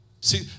See